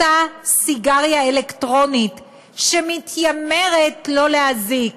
אותה סיגריה אלקטרונית שמתיימרת לא להזיק